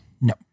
No